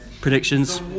predictions